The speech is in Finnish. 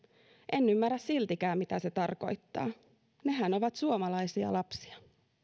en ymmärrä siltikään mitä se tarkoittaa nehän ovat suomalaisia lapsia